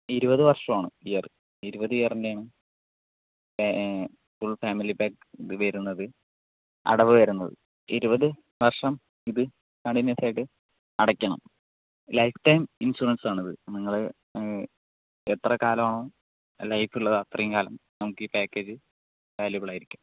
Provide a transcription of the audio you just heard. ഇരുപത് വർഷമാണ് ഇയർ ഇരുപതിയറിൻ്റെയാണ് ഫുൾ ഫാമിലിപാക്ക് ഇത് വരുന്നത് അടവുവരുന്നത് ഇരുപത് വർഷമിത് കണ്ടിന്യൂസായിട്ട് അടക്കണം ലൈഫ്ടൈം ഇൻഷുറന്സാണ് നിങ്ങള് എത്രകാലമാണോ ലൈഫുള്ളത് അത്രയുംകാലം നമുക്ക് ഈ പാക്കേജ് വാലുവെബിലായിരിക്കും